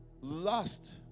lust